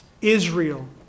Israel